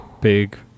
Big